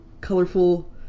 colorful